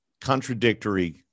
contradictory